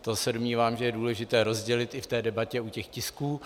To se domnívám, že je důležité rozdělit i v debatě u těch tisků.